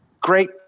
great